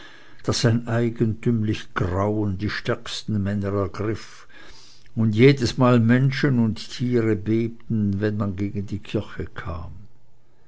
daß ein eigentümlich grauen die stärksten männer ergriff und jedesmal menschen und tiere bebten wenn man gegen die kirche kam